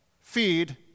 feed